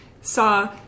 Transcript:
saw